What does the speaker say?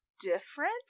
different